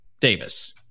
Davis